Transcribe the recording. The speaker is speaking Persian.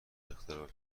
اختراع